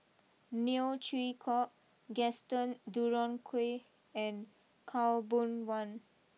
Neo Chwee Kok Gaston Dutronquoy and Khaw Boon Wan